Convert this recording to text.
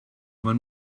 man